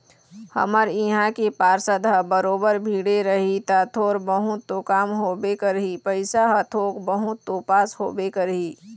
हमर इहाँ के पार्षद ह बरोबर भीड़े रही ता थोर बहुत तो काम होबे करही पइसा ह थोक बहुत तो पास होबे करही